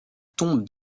tombe